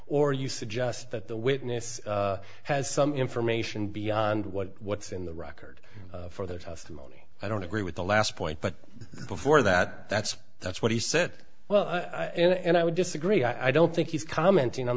or you suggest that the witness has some information beyond what's in the record for their testimony i don't agree with the last point but before that that's that's what he said well and i would disagree i don't think he's commenting on